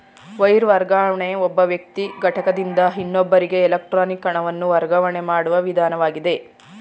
wire ವರ್ಗಾವಣೆ ಒಬ್ಬ ವ್ಯಕ್ತಿ ಘಟಕದಿಂದ ಇನ್ನೊಬ್ಬರಿಗೆ ಎಲೆಕ್ಟ್ರಾನಿಕ್ ಹಣವನ್ನು ವರ್ಗಾವಣೆ ಮಾಡುವ ವಿಧಾನವಾಗಿದೆ